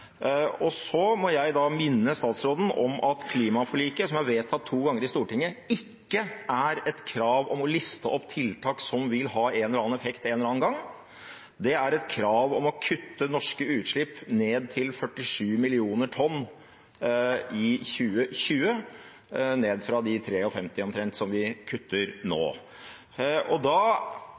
Så må jeg minne statsråden om at klimaforliket, som er vedtatt to ganger i Stortinget, ikke er et krav om å liste opp tiltak som vil ha en eller annen effekt en eller annen gang. Det er et krav om å kutte norske utslipp ned til 47 millioner tonn i 2020, fra de omtrent 53 millioner tonn som vi kutter nå.